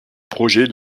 projet